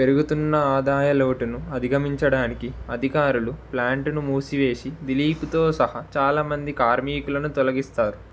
పెరుగుతున్న ఆదాయ లోటును అధిగమించడానికి అధికారులు ప్లాంట్ను మూసివేసి దిలీప్తో సహా చాలా మంది కార్మికులను తొలగిస్తారు